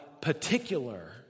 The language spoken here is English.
particular